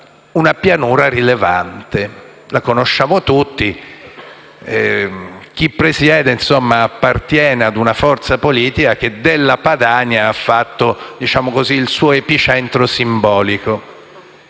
una pianura rilevante che conosciamo tutti e chi presiede appartiene a una forza politica che della Padania ha fatto il suo epicentro simbolico,